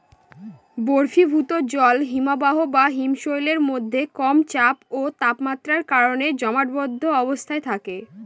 বরফীভূত জল হিমবাহ বা হিমশৈলের মধ্যে কম চাপ ও তাপমাত্রার কারণে জমাটবদ্ধ অবস্থায় থাকে